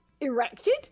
Erected